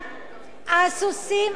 הסוסים,